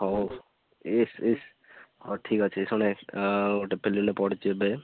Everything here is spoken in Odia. ହଉ ଇସ୍ ଇସ୍ ହଉ ଠିକ୍ ଅଛି ଶୁଣେ ଆ ଗୋଟେ ଫିଲ୍ମ୍ଟେ ପଡ଼ିଛି ଏବେ